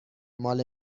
مال